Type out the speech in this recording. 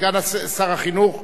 סגן שר החינוך,